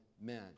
men